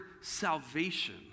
salvation